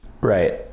Right